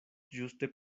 ĝuste